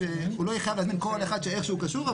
יהיה חייב להזמין כל אחד שאיכשהו קשור,